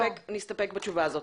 נסתפק בתשובה הזאת.